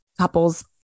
couples